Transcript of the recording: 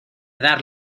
dar